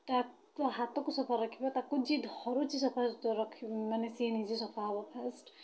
ତାକୁ ହାତକୁ ସଫା ରଖିବା ତାକୁ ଯିଏ ଧରୁଛି ସଫାସୁତୁରା ରଖି ମାନେ ସିଏ ନିଜେ ସଫା ହବ ଫାର୍ଷ୍ଟ